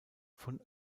von